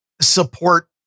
support